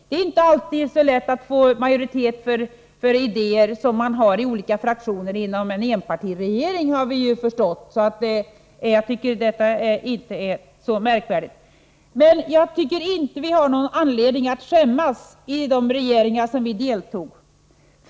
Det är inte heller alltid så lätt att få majoritet för de idéer som man har i olika fraktioner inom en enpartiregering, har vi förstått. Jag tycker därför att det inte är så märkvärdigt. Vi har ingen anledning att skämmas för vårt arbete i de regeringar som vi deltog i.